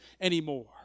anymore